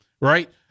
Right